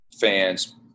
fans